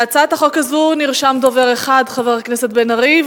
להצעת החוק הזאת נרשם דובר אחד, חבר הכנסת בן-ארי.